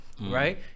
Right